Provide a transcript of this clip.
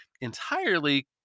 entirely